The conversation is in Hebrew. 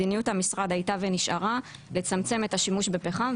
מדיניות המשרד הייתה ונשארה לצמצמם את השימו בפחם,